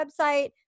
website